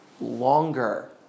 longer